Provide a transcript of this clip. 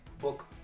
book